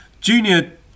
Junior